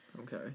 okay